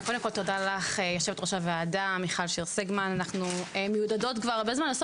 יושבת-ראש הוועדה, מיכל שיר סגמן, תודה לך.